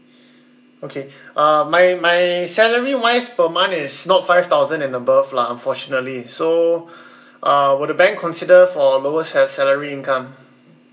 okay uh my my salary wise per month is not five thousand and above lah unfortunately so uh will the bank consider for lower sa~ salary income